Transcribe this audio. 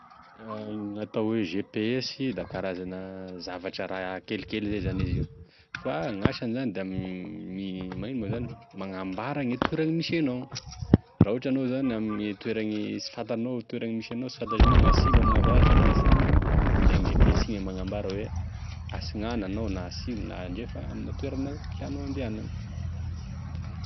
Gn'atao hoe GPS da karazana zavatra raha kelikely zay zany izy io, fa gnasany zany da magnino moa zany da magnambara gne toera misy enao, raha ohatra anao zany ame toerany sy fantagnao i toerana misy agnao tsy fantatrinao na asimo amin'avaratra amin'ansignana da igny GPS magnambara hoe atsignana anao na asimo na andrefa amina toera tianao handehany.